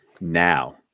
now